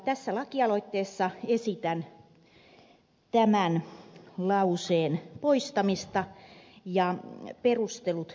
tässä lakialoitteessa esitän tämän lauseen poistamista ja perustelut ovat seuraavat